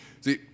See